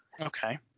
Okay